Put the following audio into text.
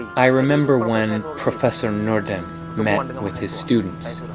i remember when and professor norden met and and with his students.